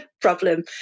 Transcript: problem